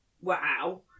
Wow